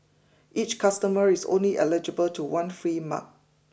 each customer is only eligible to one free mug